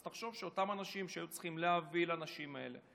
אז תחשוב שאותם אנשים שהיו צריכים להביא את האנשים האלה,